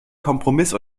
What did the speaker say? kompromiss